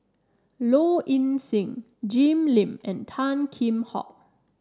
Low Ing Sing Jim Lim and Tan Kheam Hock